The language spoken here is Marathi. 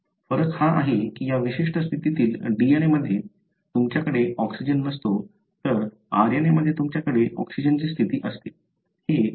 फरक हा आहे की या विशिष्ट स्थितीतील DNA मध्ये तुमच्याकडे ऑक्सिजन नसतो तर RNA मध्ये तुमच्याकडे ऑक्सिजनची स्थिती असते